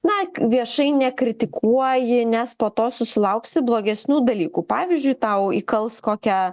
na viešai nekritikuoji nes po to susilauksi blogesnių dalykų pavyzdžiui tau įkals kokią